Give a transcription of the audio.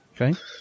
Okay